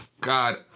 god